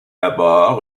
d’abord